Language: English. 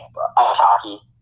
hockey